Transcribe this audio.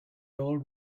old